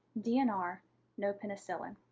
dnr, no penicillin.